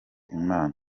imana